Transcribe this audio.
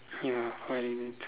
ya quite